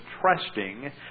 trusting